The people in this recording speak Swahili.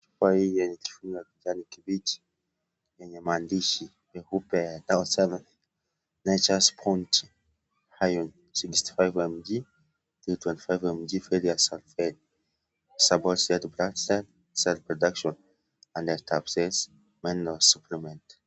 Chupa hii yenye rangi ya kijani kibichi, enye maandishi meupe yanayosema NATURE'S BOUNTY Iron 65mg 325mg ferrous sulphate. Supports Red Blood Cell 100 Tablets, production mineral supplement.